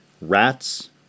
Rats